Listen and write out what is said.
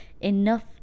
enough